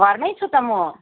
घरमै छु त म